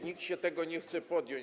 Nikt się tego nie chce podjąć.